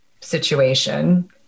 situation